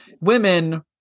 Women